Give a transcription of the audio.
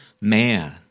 man